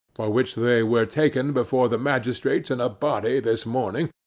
for which they were taken before the magistrates in a body this morning,